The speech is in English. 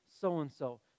so-and-so